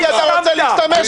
כן, השוטר כן.